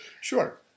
Sure